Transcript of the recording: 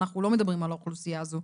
אנחנו לא מדברים על האוכלוסייה הזו,